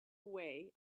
away